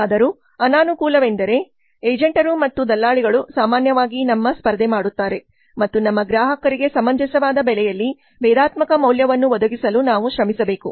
ಹೇಗಾದರೂ ಅನಾನುಕೂಲವೆಂದರೆ ಏಜೆಂಟರು ಮತ್ತು ದಲ್ಲಾಳಿಗಳು ಸಾಮಾನ್ಯವಾಗಿ ನಮ್ಮ ಸ್ಪರ್ಧೆ ಮಾಡುತ್ತಾರೆ ಮತ್ತು ನಮ್ಮ ಗ್ರಾಹಕರಿಗೆ ಸಮಂಜಸವಾದ ಬೆಲೆಯಲ್ಲಿ ಭೇದಾತ್ಮಕ ಮೌಲ್ಯವನ್ನು ಒದಗಿಸಲು ನಾವು ಶ್ರಮಿಸಬೇಕು